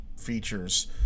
features